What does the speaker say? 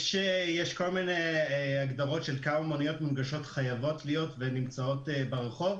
יש כל מיני הגדרות של כמה מוניות מונגשות חייבות להיות ונמצאות ברחוב.